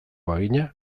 bagina